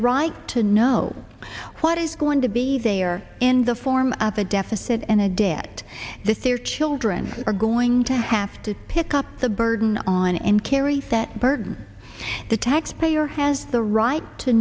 right to know what is going to be there in the form of a deficit and a debt that their children are going to have to pick up the burden on and carry that burden the taxpayer has the right to